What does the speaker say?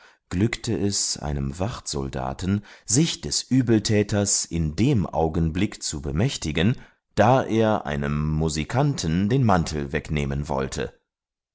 glückte es einem wachtsoldaten sich des übeltäters in dem augenblick zu bemächtigen da er einem musikanten den mantel wegnehmen wollte